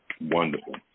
wonderful